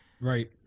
Right